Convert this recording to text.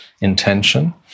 intention